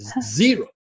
zero